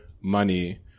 money